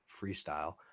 freestyle